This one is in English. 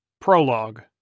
Prologue